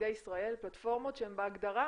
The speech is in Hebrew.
תלמידי ישראל פלטפורמות שהן בהגדרה,